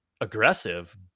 aggressive